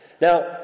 Now